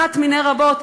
אחת מני רבות,